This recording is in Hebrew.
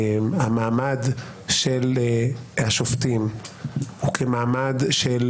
שבעיניו המעמד של השופטים הוא כמעמד של